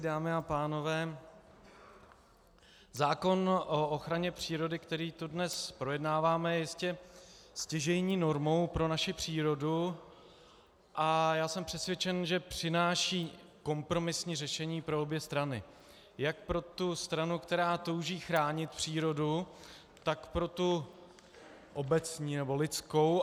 Dámy a pánové, zákon o ochraně přírody, který tu dnes projednáváme, je jistě stěžejní normou pro naši přírodu a já jsem přesvědčen, že přináší kompromisní řešení pro obě strany jak pro tu stranu, která touží chránit přírodu, tak pro tu obecní nebo lidskou.